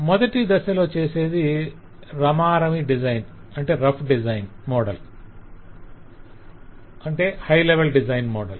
మొదటి దశలో చేసేది రమారమి డిజైన్ మోడల్